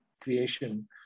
creation